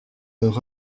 leur